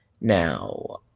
now